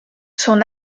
son